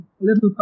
Little